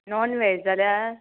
non veg जाल्यार